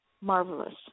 marvelous